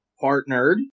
partnered